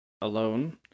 alone